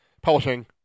publishing